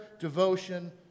devotion